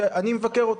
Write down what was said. שאני מבקר אותו.